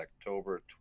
October